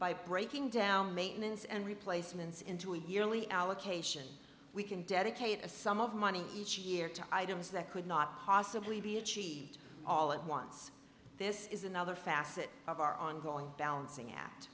by breaking down maintenance and replacements into a yearly allocation we can dedicate a sum of money each year to items that could not possibly be achieved all at once this is another facet of our ongoing balancing act